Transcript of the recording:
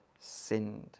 sinned